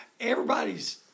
everybody's